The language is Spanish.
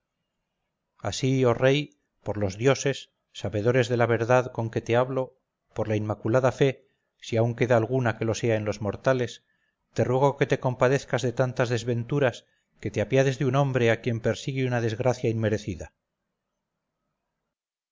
así oh rey por los dioses sabedores de la verdad con que te hablo por la inmaculada fe si aun queda alguna que lo sea en los mortales te ruego que te compadezcas de tantas desventuras que te apiades de un hombre a quien persigue una desgracia inmerecida